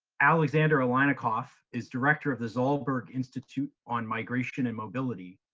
alexander aleinikoff is director of the zolberg institute on migration and mobility,